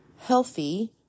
healthy